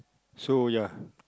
so ya